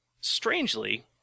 Strangely